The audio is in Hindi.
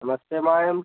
नमस्ते मैम